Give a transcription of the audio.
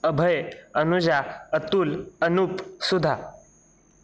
Abhay Anuja Atul Anup Sudha